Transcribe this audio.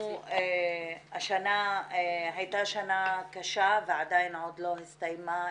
השנה הייתה שנה קשה והיא עדיין לא הסתיימה,